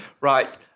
Right